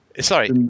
Sorry